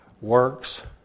works